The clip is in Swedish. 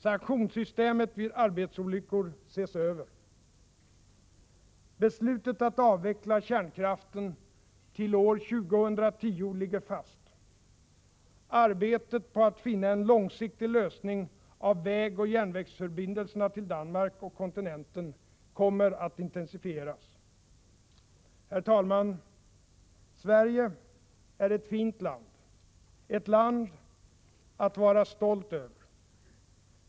Sanktionssystemet vid arbetsolyckor ses över. Beslutet att avveckla kärnkraften till år 2010 ligger fast. Arbetet på att finna en långsiktig lösning av vägoch järnvägsförbindelserna till Danmark och kontinenten kommer att intensifieras. Herr talman! Sverige är ett fint land — ett land att vara stolt över.